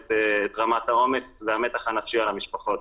את רמת העומס והמתח הנפשי על המשפחות.